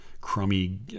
crummy